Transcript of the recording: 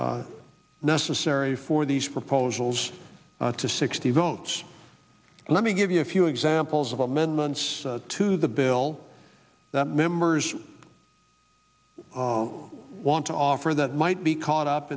necessary for these proposals to sixty votes and let me give you a few examples of amendments to the bill that members want to offer that might be caught up